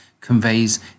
conveys